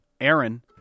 Aaron